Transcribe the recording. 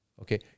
Okay